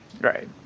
Right